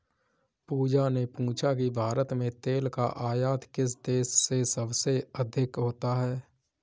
पूजा ने पूछा कि भारत में तेल का आयात किस देश से सबसे अधिक होता है?